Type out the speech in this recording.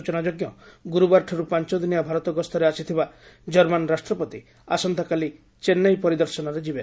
ସୂଚନାଯୋଗ ଗୁରୁବାରଠାରୁ ପାଞ୍ଚଦିନିଆ ଭାରତ ଗସ୍ତରେ ଆସିଥିବା ଜର୍ମାନ ରାଷ୍ଟ୍ରପତି ଆସନ୍ତାକାଲି ଚେନ୍ନାଇ ପରିଦର୍ଶନରେ ଯିବେ